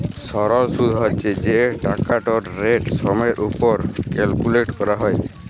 সরল সুদ্ হছে যে টাকাটর রেট সময়ের উপর ক্যালকুলেট ক্যরা হ্যয়